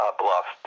bluff